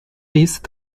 these